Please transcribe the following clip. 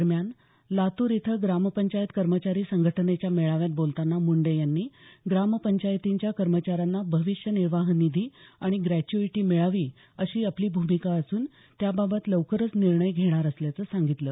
दरम्यान लातूर इथं ग्रामपंचायत कर्मचारी संघटनेच्या मेळाव्यात बोलतांना मुंडे यांनी ग्राम पंचायतींच्या कर्मचाऱ्यांना भविष्य निर्वाह निधी आणि ग्रॅच्यूईटी मिळावी अशी आपली भूमिका असून त्याबाबत लवकरच निर्णय घेणार असल्याचं सांगितलं